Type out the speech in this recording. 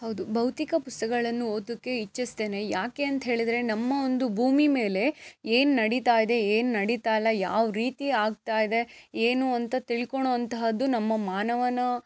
ಹೌದು ಭೌತಿಕ ಪುಸ್ತಕಗಳನ್ನು ಓದೋಕ್ಕೆ ಇಚ್ಛಿಸ್ತೇನೆ ಯಾಕೆ ಅಂತ ಹೇಳಿದರೆ ನಮ್ಮ ಒಂದು ಭೂಮಿ ಮೇಲೆ ಏನು ನಡೀತಾ ಇದೆ ಏನು ನಡೀತಾ ಇಲ್ಲ ಯಾವ ರೀತಿ ಆಗ್ತಾ ಇದೆ ಏನು ಅಂತ ತಿಳ್ಕೊಳೋ ಅಂತಹದ್ದು ನಮ್ಮ ಮಾನವನ